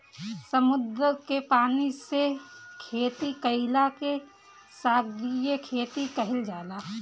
समुंदर के पानी से खेती कईला के सागरीय खेती कहल जाला